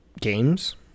games